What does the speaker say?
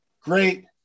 great